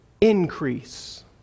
increase